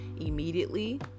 immediately